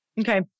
okay